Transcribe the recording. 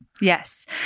Yes